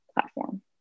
platform